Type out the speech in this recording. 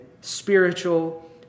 spiritual